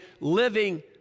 living